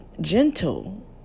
gentle